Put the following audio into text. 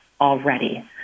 already